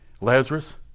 Lazarus